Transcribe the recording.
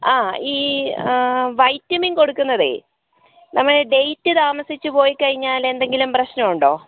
ആ ഈ വൈറ്റമിൻ കൊടുക്കുന്നതെ നമ്മളീ ഡേറ്റ് താമസിച്ചുപോയി കഴിഞ്ഞാലെന്തെങ്കിലും പ്രശ്നവൊണ്ടോ